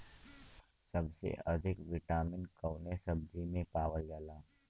सबसे अधिक विटामिन कवने सब्जी में पावल जाला?